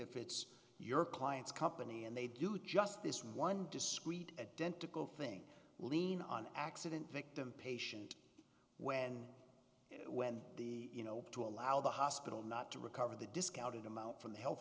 if it's your client's company and they do just this one discrete dent to go thing lean on accident victim patient when when the you know to allow the hospital not to recover the discounted amount from the health